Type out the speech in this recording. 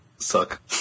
Suck